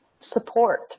support